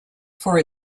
for